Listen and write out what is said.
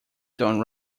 done